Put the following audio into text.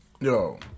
Yo